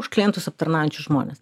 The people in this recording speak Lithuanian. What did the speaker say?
už klientus aptarnaujančius žmones